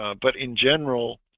but in general